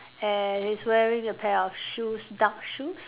and he's wearing a pair of shoes dark shoes